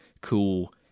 cool